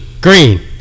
green